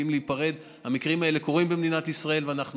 ואם,